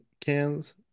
cans